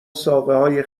ساقههای